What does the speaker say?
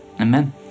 Amen